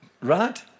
right